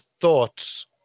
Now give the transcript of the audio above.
thoughts